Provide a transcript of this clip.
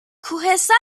کوهستان